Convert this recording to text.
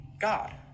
God